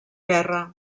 guerra